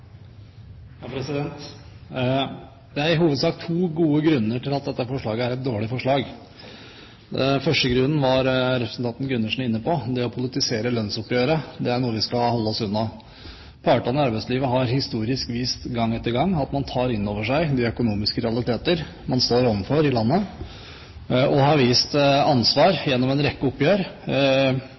et dårlig forslag. Den første grunnen var representanten Gundersen inne på. Det å politisere lønnsoppgjøret er noe vi skal holde oss unna. Partene i arbeidslivet har historisk vist gang etter gang at man tar inn over seg de økonomiske realiteter man står overfor i landet, og de har vist ansvar gjennom en rekke oppgjør.